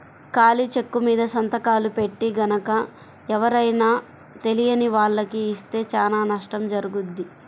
ఖాళీ చెక్కుమీద సంతకాలు పెట్టి గనక ఎవరైనా తెలియని వాళ్లకి ఇస్తే చానా నష్టం జరుగుద్ది